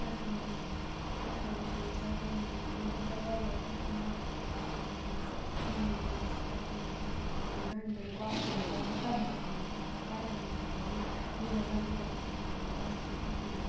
کشمیٖرَس منٛز کشمیٖرَس منٛز چھِ آسان یِمَے چیٖز مےٚ چھِ گژھان واریاہ خۄش ناٹہٕ واٹہٕ یِمَے چیٖز تَتھ منٛز آسان چھِ گَنٛڈٕ کۄکُر چھِ آسان تَبَکھ ماز چھِ آسان کَٹہٕ مازٕ یوٚہَے لۄکُٹ لۄکُٹ ماز آسان تَتھ منٛز